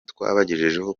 twabagejejeho